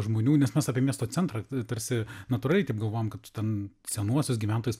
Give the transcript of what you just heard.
žmonių nes mes apie miesto centrą tarsi natūraliai taip galvojam kad tu ten senuosius gyventojus